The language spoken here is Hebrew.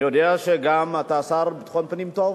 אני יודע שאתה גם שר לביטחון פנים טוב.